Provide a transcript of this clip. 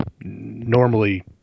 normally